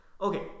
Okay